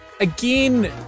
again